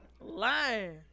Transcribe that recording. lying